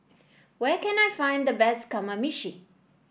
where can I find the best Kamameshi